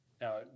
Now